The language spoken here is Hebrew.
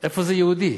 איפה זה יהודי?